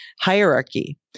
Hierarchy